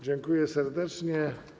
Dziękuję serdecznie.